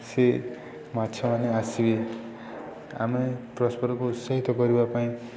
ସେ ମାଛମାନେ ଆସିବେ ଆମେ ପରସ୍ପରକୁ ଉତ୍ସାହିତ କରିବା ପାଇଁ